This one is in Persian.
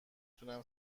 تونم